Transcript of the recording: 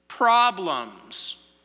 problems